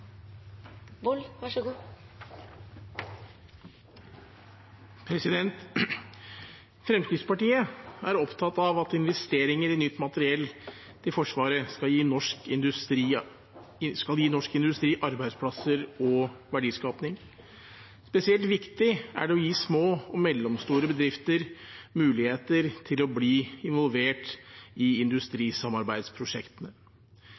opptatt av at investeringer i nytt materiell til Forsvaret skal gi norsk industri arbeidsplasser og verdiskaping. Spesielt viktig er det å gi små og mellomstore bedrifter muligheter til å bli involvert i